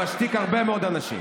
אני רואה אותך,